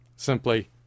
Simply